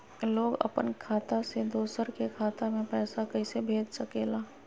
लोग अपन खाता से दोसर के खाता में पैसा कइसे भेज सकेला?